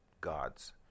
God's